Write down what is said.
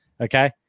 okay